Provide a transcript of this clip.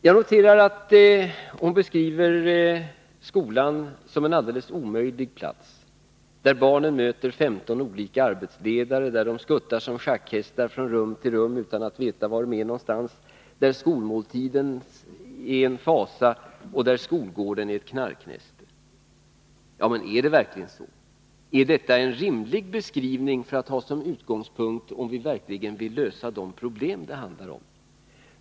Jag noterar att hon beskriver skolan som en alldeles omöjlig plats, där barnen — som skuttar som schackhästar från rum till rum utan att veta var de är någonstans — möter 15 olika arbetsledare, där skolmåltiden är en fasa och där skolgården är ett knarknäste. Är det verkligen så? Är detta en rimlig beskrivning, som vi kan ha som utgångspunkt om vi på allvar vill lösa de problem som det handlar om?